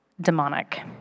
demonic